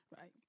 right